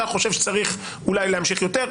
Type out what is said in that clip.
אתה חושב שצריך אולי להמשיך יותר.